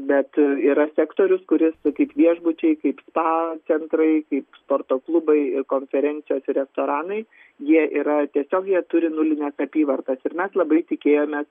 bet yra sektorius kuris kaip viešbučiai kaip spa centrai kaip sporto klubai konferencijos ir restoranai jie yra tiesiog jie turi nulines apyvartas ir mes labai tikėjomės